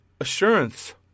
assurance